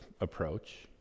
approach